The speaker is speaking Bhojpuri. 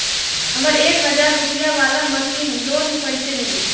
हमरा एक हज़ार रुपया वाला मासिक लोन कईसे मिली?